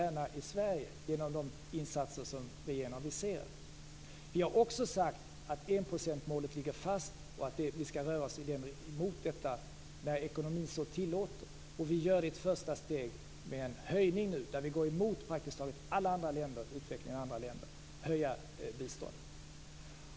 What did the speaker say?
Enprocentsmålet ligger fast, och vi skall närma oss detta när ekonomin så tillåter.